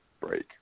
break